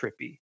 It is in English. trippy